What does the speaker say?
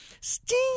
Steam